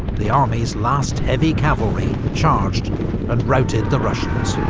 the army's last heavy cavalry, charged and routed the russians.